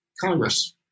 Congress